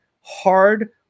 hard